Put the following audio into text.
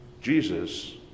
Jesus